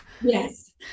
Yes